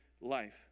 life